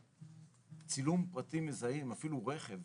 צילום פרטים מזהים, אפילו רכב